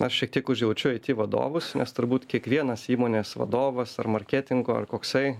aš šiek tiek užjaučiu aiti vadovus nes turbūt kiekvienas įmonės vadovas ar marketingo ar koksai